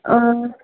অঁ